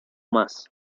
más